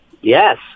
Yes